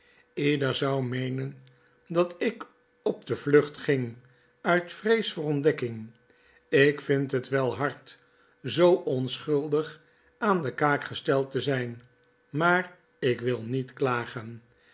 ieder zou meenen dat ik op de vlucht ging uit vrees voor ontdekking ik vind het wel hard zoo onschuldig aan de kaak gesteld te zijn maar ik wil niet klagen